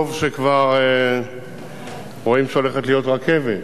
טוב שכבר רואים שהולכת להיות רכבת,